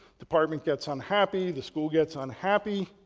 department gets unhappy, the school gets unhappy,